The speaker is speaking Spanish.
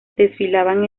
desfilaban